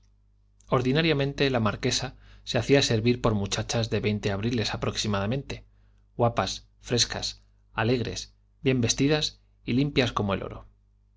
ordinariamente la marquesa se hacía servir por muchachas de veinte abriles próximamente guapas frescas alegres bien vestidas y limpias como el oro